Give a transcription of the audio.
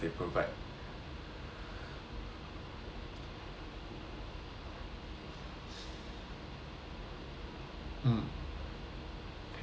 mm can